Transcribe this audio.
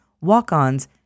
walk-ons